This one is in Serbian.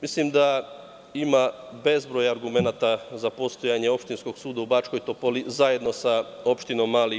Mislim da ima bezbroj argumenata za postojanje opštinskog suda u Baškoj Topoli zajedno sa opštinom Mali Iđoš.